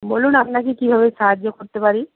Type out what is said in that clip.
বলুন আপনাকে কীভাবে সাহায্য করতে পারি